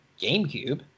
GameCube